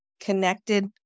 connected